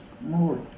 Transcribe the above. more